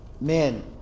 Men